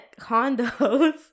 condos